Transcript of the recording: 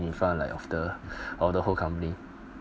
in front like of the of the whole company